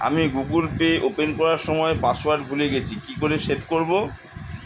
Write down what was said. আমি Google Pay open করার সময় পাসওয়ার্ড ভুলে গেছি কি করে সেট করব?